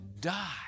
die